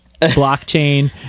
blockchain